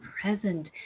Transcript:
present